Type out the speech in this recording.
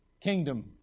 kingdom